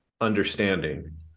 understanding